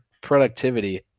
productivity